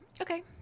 Okay